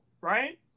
right